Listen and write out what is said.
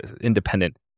independent